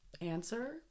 answer